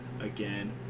Again